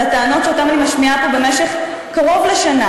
הטענות שהיא משמיעה פה במשך קרוב לשנה,